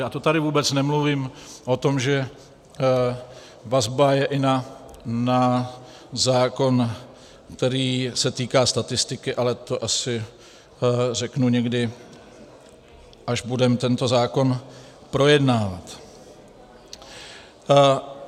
A to tady vůbec nemluvím o tom, že vazba je i na zákon, který se týká statistiky, ale to asi řeknu někdy, až budeme tento zákon projednávat.